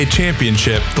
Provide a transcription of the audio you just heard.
championship